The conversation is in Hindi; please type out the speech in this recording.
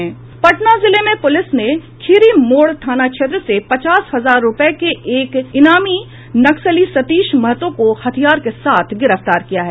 पटना जिले में पूलिस ने खिरी मोड़ थाना क्षेत्र से पचास हजार रुपये के एक ईनामी नक्सली सतीश महतो को हथियार के साथ गिरफ्तार किया है